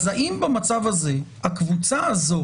האם במצב הזה הקבוצה הזו